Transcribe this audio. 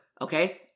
Okay